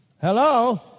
Hello